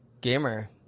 Gamer